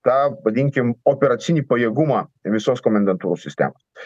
tą vadinkim operacinį pajėgumą visos komendantūrų sistemos